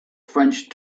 french